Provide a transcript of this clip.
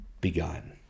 begun